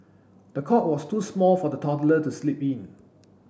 the cot was too small for the toddler to sleep in